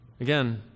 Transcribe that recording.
Again